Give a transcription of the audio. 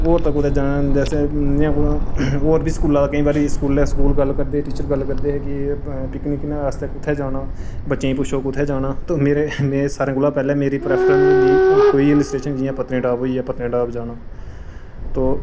होर ते कुदै जाना जैसे इ'यां कुतै होर बी स्कूला केईं बारी स्कूल गल्ल करदे हे स्कूल टीचर गल्ल करदे हे कि पिकनिक आस्तै कु'त्थें जाना बच्चें गी पुच्छो कु'त्थें जाना ते मेरे में सारें कोला पैहलें मेरी प्रैफरैंस होंदी ही कोई हिल स्टेशन जियां पतनीटॉप होई गेआ पत्नीटॉप जाना तो